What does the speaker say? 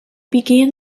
began